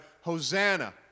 Hosanna